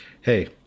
hey